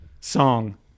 song